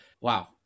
wow